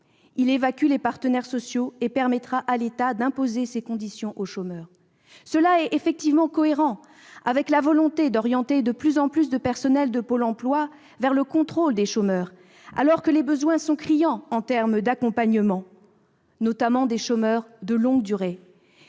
Il évacue les partenaires sociaux et permet à l'État d'imposer ses conditions aux chômeurs. C'est effectivement cohérent avec la volonté d'orienter de plus en plus de personnels de Pôle emploi vers le contrôle des chômeurs, alors que les besoins en termes d'accompagnement, notamment des chômeurs de longue durée,